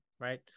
right